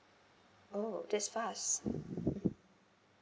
oh that's fast